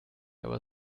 aber